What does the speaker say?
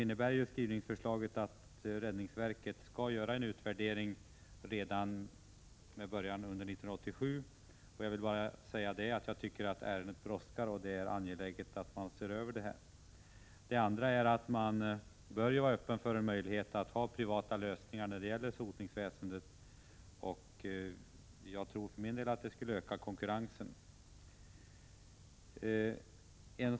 Utskottets skrivning innebär, att räddningsverket skall göra en utvärdering med början redan under 1987. Jag vill bara betona att ärendet brådskar och att det är angeläget att detta ses över. Vidare bör man vara öppen för möjligheten att ha privata lösningar när det gäller sotningsväsendet. Jag tror att det skulle öka konkurrensen.